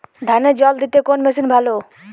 ধানে জল দিতে কোন মেশিন ভালো?